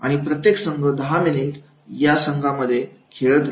आणि प्रत्येक संघ 10 मिनिट या खेळामध्ये खेळत राहिला